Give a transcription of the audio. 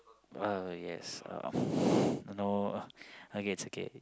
uh yes um no okay it's okay